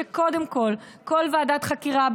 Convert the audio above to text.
שכל ועדת חקירה,